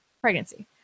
pregnancy